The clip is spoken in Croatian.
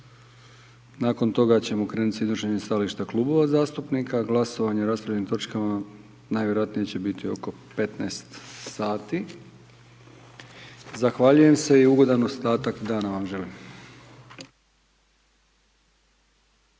Nakon toga ćemo krenut sa iznošenjem stajališta Klubova zastupnika. Glasovanje o raspravljenim točkama, najvjerojatnije će biti oko 15:00 sati. Zahvaljujem se i ugodan ostatak dana vam želim.